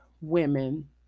women